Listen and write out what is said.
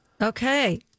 Okay